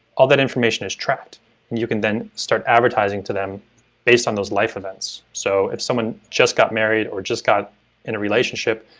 all that information is trapped and you can then start advertising to them based on those life events. so if someone just got married or just got in a relationship,